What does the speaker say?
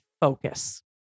focus